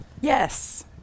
Yes